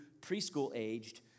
preschool-aged